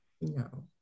no